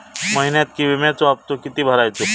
महिन्यात विम्याचो हप्तो किती भरायचो?